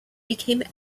became